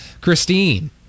christine